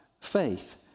faith